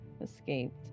escaped